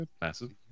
Massive